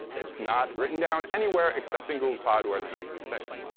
it's not written down anywhere except in google cloud where it's nice and safe.